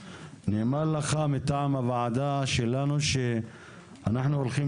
נאמר לך מטעם הוועדה שלנו שאנחנו הולכים